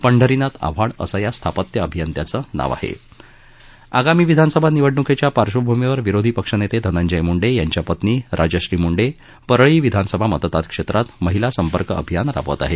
पंढरीनाथ आव्हाड असं या स्थापत्य अभियंत्याचं नाव आहे आगामी विधानसभा निवडणुकीच्या पार्श्वभूमीवर विरोधी पक्षनेते धनंजय मुंडे यांच्या पत्नी राजश्री मुंडे या परळी विधानसभा मतदारक्षेत्रात महिलां संपर्क अभियान राबवत आहेत